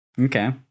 Okay